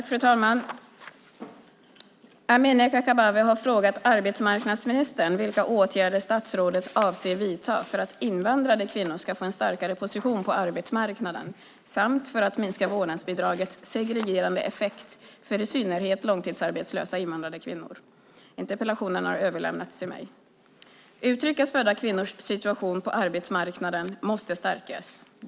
Fru talman! Amineh Kakabaveh har frågat arbetsmarknadsministern vilka åtgärder statsrådet avser att vidta för att invandrade kvinnor ska få en starkare position på arbetsmarknaden samt för att minska vårdnadsbidragets segregerande effekt för i synnerhet långtidsarbetslösa, invandrade kvinnor. Interpellationen har överlämnats till mig. Utrikes födda kvinnors position på arbetsmarknaden måste stärkas.